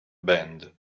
band